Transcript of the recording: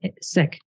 sick